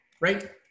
right